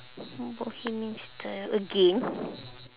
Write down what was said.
mm bohemian style again